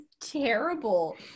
terrible